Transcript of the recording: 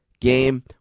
game